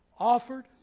Offered